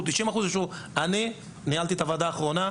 אני ניהלתי את הוועדה האחרונה,